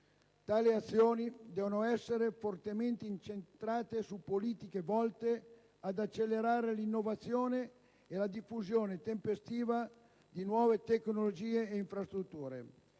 Tali azioni devono essere fortemente incentrate su politiche volte ad accelerare l'innovazione e la diffusione tempestiva di nuove tecnologie e infrastrutture